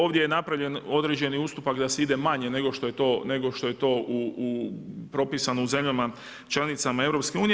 Ovdje je napravljen određeni ustupak da se ide manje nego što je to propisano u zemljama članicama EU.